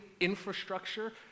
infrastructure